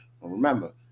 remember